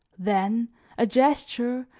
then a gesture,